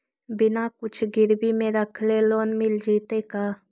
बिना कुछ गिरवी मे रखले लोन मिल जैतै का?